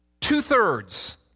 two-thirds